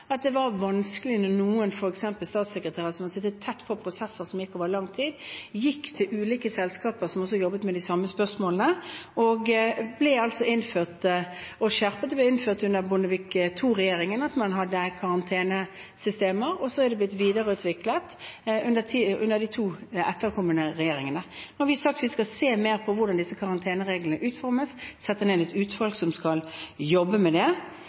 at det var vanskelig når f.eks. statssekretærer som hadde sittet tett på prosesser som gikk over lang tid, gikk til ulike selskaper som også jobbet med de samme spørsmålene. At man hadde karantenesystemer, ble innført under Bondevik II-regjeringen, og så er det blitt videreutviklet under de etterfølgende regjeringene. Nå har vi sagt at vi skal se mer på hvordan disse karantenereglene utformes, og sette ned et utvalg som skal jobbe med det,